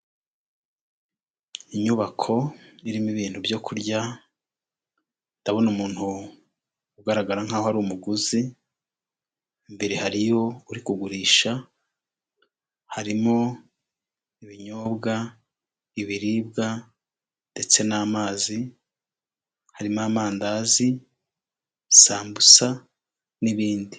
Inyubako irimo ibintu ibyo kurya, ndabona umuntu ugaragara nkaho ari umuguzi, imbere hariyo uri kugurisha, harimo ibinyobwa, ibiribwa ndetse n'amazi, harimo amandazi, sambusa n'ibindi.